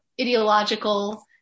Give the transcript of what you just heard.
ideological